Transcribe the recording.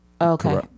Okay